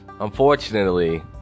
unfortunately